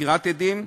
(חקירת עדים),